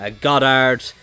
Goddard